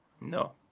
No